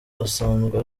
asanzwe